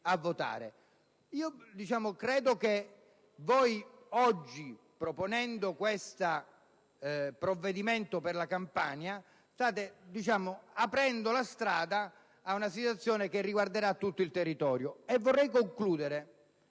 Credo che oggi, proponendo questo provvedimento per la Campania, voi stiate aprendo la strada ad una situazione che riguarderà tutto il territorio. Vorrei concludere